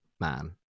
man